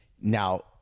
Now